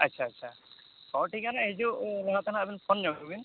ᱟᱪᱪᱷᱟ ᱟᱪᱪᱷᱟ ᱦᱳ ᱴᱷᱤᱠ ᱜᱮᱭᱟ ᱱᱟᱦᱟᱜ ᱦᱤᱡᱩᱜ ᱞᱟᱦᱟ ᱛᱮᱱᱟᱜ ᱱᱟᱦᱟᱜ ᱯᱷᱳᱱ ᱧᱚᱜ ᱵᱤᱱ